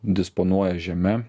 disponuoja žeme